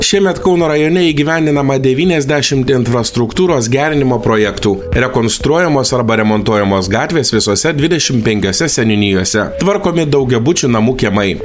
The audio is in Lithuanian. šiemet kauno rajone įgyvendinama devyniasdešimt infrastruktūros gerinimo projektų rekonstruojamos arba remontuojamos gatvės visose dvidešim penkiose seniūnijose tvarkomi daugiabučių namų kiemai